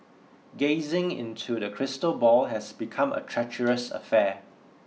gazing into the crystal ball has become a treacherous affair